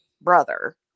brother